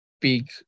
big